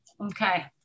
Okay